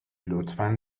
لطفا